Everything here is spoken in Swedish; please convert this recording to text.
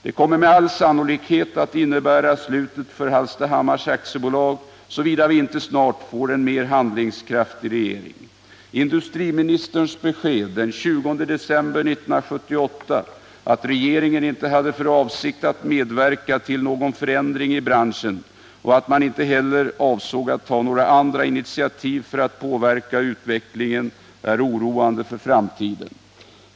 Det kommer med all sannolikhet att innebära slutet för Hallstahammars AB, såvida vi inte snart få en mer handlingskraftig regering. Industriministerns besked den 20 december 1978 att regeringen inte hade för avsikt att medverka till någon förändring i branschen och att man inte heller avsåg att ta några andra initiativ för att påverka utvecklingen är oroande för framtiden.